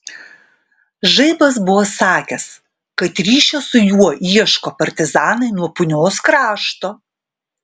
žaibas buvo sakęs kad ryšio su juo ieško partizanai nuo punios krašto